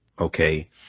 okay